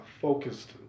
focused